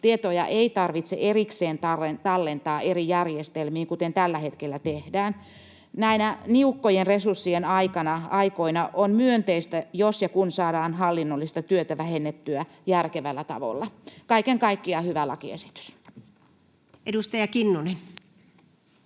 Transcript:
tietoja ei tarvitse erikseen tallentaa eri järjestelmiin, kuten tällä hetkellä tehdään. Näinä niukkojen resurssien aikoina on myönteistä, jos ja kun saadaan hallinnollista työtä vähennettyä järkevällä tavalla. Kaiken kaikkiaan hyvä lakiesitys. Edustaja Kinnunen.